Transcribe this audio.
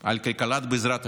על כלכלת בעזרת השם,